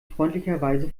freundlicherweise